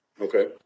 Okay